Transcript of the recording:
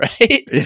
right